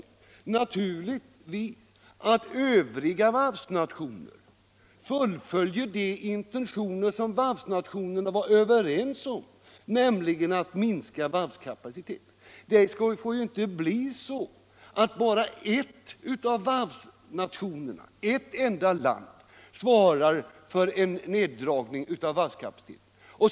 Jo, naturligtvis att övriga varvsnationer fullföljer de intentioner som varvsnationerna var överens om, nämligen att minska varvskapaciteten. Det får ju inte bli så att bara en av varvsnationerna, ett enda land, svarar för neddragningen av varvskapaciteten.